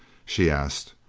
she asked,